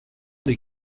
des